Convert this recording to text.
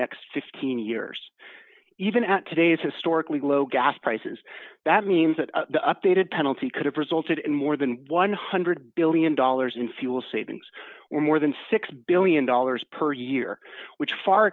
next fifteen years even at today's historically low gas prices that means that the updated penalty could have resulted in more than one hundred billion dollars in fuel savings or more than six billion dollars per year which far